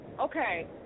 Okay